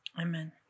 Amen